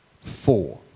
four